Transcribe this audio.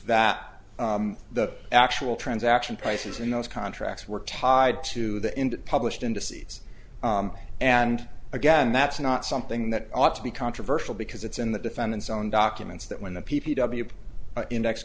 that the actual transaction prices in those contracts were tied to the into public indices and again that's not something that ought to be controversial because it's in the defendant's own documents that when the p p w index